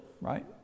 right